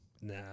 Nah